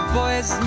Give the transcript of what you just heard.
boys